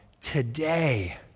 today